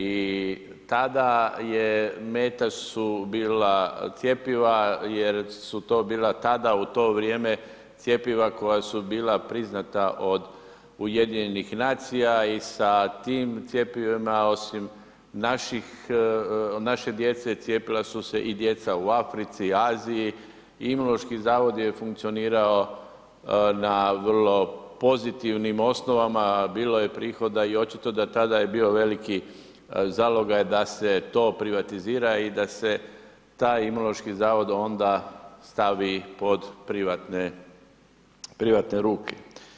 I tada je meta su bila cjepiva jer su to bila tada u to vrijeme cjepiva koja su bila priznata od Ujedinjenih nacija i sa tim cjepivima, osim naše djece, cijepila su se i djeca u Africi, Aziji i Imunološki zavod je funkcionirao na vrlo pozitivnim osnovama, bilo je prihoda i očito da tada je bio veliki zalogaj da se to privatizira i da se taj Imunološki zavod onda stavi pod privatne ruke.